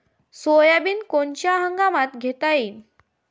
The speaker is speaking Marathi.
सोयाबिन कोनच्या हंगामात घेता येईन?